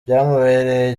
byamubereye